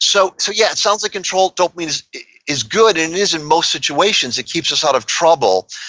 so, so yeah, it sounds like control dopamine is is good, and it is in most situations. it keeps us out of trouble,